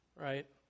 right